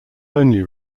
only